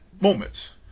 moments